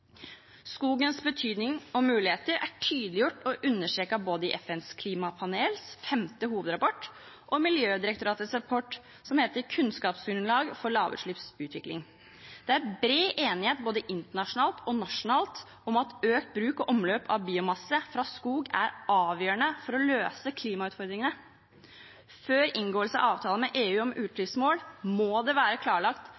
Skogens betydning og muligheter er tydeliggjort og understreket både i FNs klimapanels femte hovedrapport og i Miljødirektoratets rapport, som heter Kunnskapsgrunnlag for lavutslippsutvikling. Det er bred enighet både internasjonalt og nasjonalt om at økt bruk og omløp av biomasse fra skog er avgjørende for å løse klimautfordringene. Før inngåelse av avtale med EU om